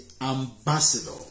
ambassador